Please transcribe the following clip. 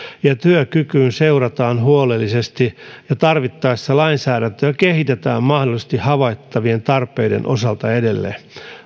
ja työkykyyn seurataan huolellisesti ja tarvittaessa lainsäädäntöä kehitetään mahdollisesti havaittavien tarpeiden osalta edelleen